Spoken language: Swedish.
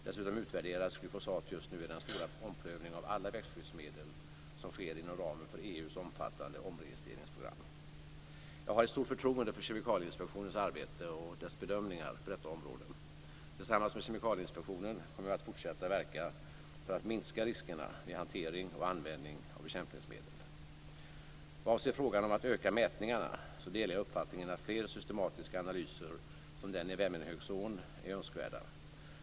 Dessutom utvärderas glyfosat just nu i den stora omprövning av alla växtskyddsmedel som sker inom ramen för EU:s omfattande omregistreringsprogram. Jag har ett stort förtroende för Kemikalieinspektionens arbete och bedömningar på detta område. Tillsammans med Kemikalieinspektionen kommer jag att fortsätta att verka för att minska riskerna vid hantering och användning av bekämpningsmedel. Vad avser frågan om att öka mätningarna delar jag uppfattningen att fler systematiska analyser som den i Vemmenhögsån är önskvärda.